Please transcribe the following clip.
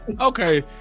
Okay